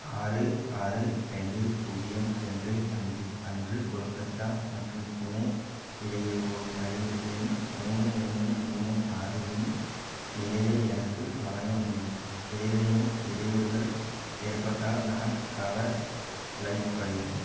ஆறு ஆறு ரெண்டு பூஜ்ஜியம் ரெண்டு அஞ்சு அன்று கொல்கத்தா மற்றும் புனே இடையே ஓடும் இரயில் எண் மூணு ஒன்று மூணு ஆறு இன் நிலையை எனக்கு வழங்க முடியுமா ஏதேனும் இடையூறுகள் ஏற்பட்டால் நான் கவலைப்படுகிறேன்